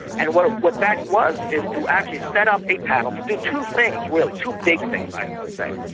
and what what that was is to actually set up a panel to do two things really, two big things i will say.